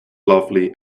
lovely